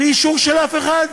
בלי אישור של אף אחד?